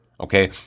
Okay